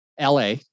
LA